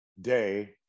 day